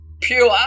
pure